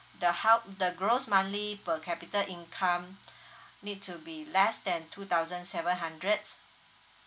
the hou~ the gross monthly per capita income need to be less than two thousand seven hundreds